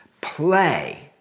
play